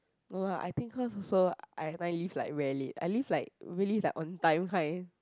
no lah I think cause also I everytime like really late I leave like really like on time kind